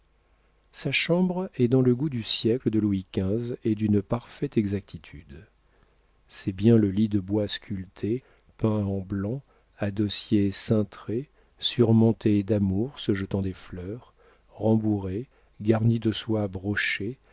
sa chambre est dans le goût du siècle de louis xv et d'une parfaite exactitude c'est bien le lit de bois sculpté peint en blanc à dossiers cintrés surmontés d'amours se jetant des fleurs rembourrés garnis de soie brochée